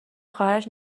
خواهرش